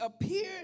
appeared